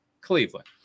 Cleveland